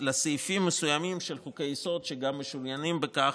לסעיפים מסוימים של חוקי-יסוד שגם משוריינים בכך,